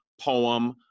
poem